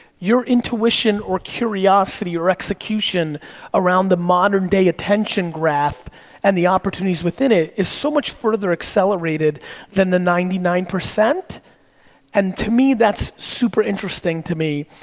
your intuition or curiosity or execution around the modern day attention graph and the opportunities within it is so much further accelerated than the ninety nine, and to me, that's super interesting to me,